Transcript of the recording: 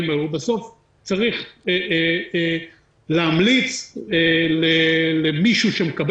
אבל אם צריך עכשיו לקבוע סדר עדיפות מסוים למי לתת